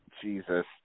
Jesus